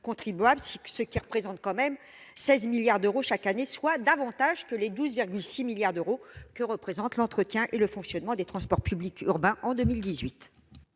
ce qui correspond à près de 16 milliards d'euros chaque année, soit davantage que les 12,6 milliards d'euros que représentaient les dépenses pour l'entretien et le fonctionnement des transports publics urbains en 2018.